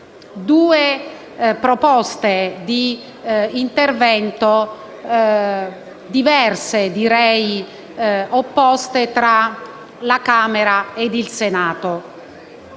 due proposte di intervento diverse, direi opposte, tra la Camera e il Senato.